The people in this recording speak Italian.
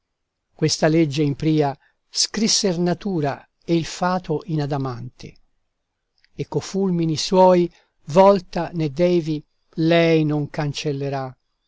questa legge in pria scrisser natura e il fato in adamante e co fulmini suoi volta né davy lei non cancellerà